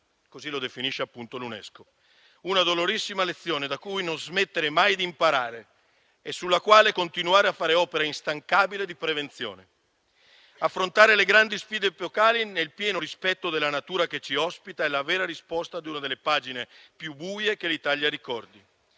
dell'umanità. Si tratta di una dolorosissima lezione da cui non smettere mai di imparare e sulla quale continuare a fare opera instancabile di prevenzione. Affrontare le grandi sfide epocali nel pieno rispetto della natura che ci ospita è la vera risposta ad una delle pagine più buie che l'Italia ricordi.